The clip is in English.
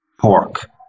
pork